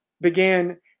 began